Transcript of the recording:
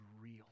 real